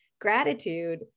gratitude